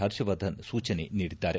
ಹರ್ಷವರ್ಧನ್ ಸೂಚನೆ ನೀಡಿದ್ದಾರೆ